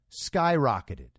skyrocketed